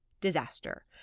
disaster